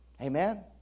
Amen